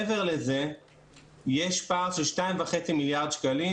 מעבר לזה יש פער של 2.5 מיליארד שקלים